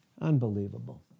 Unbelievable